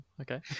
Okay